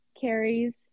carries